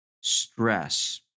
stress